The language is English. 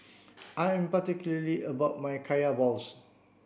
I'm particular about my kaya balls